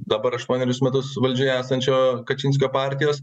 dabar aštuonerius metus valdžioj esančio kačinskio partijos